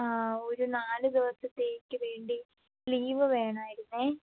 ആ ഒരു നാല് ദിവസത്തേക്ക് വേണ്ടി ലീവ് വേണമായിരുന്നു